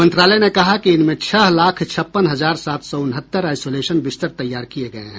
मंत्रालय ने कहा कि इनमें छह लाख छप्पन हजार सात सौ उनहत्तर आइसोलेशन बिस्तर तैयार किये गये हैं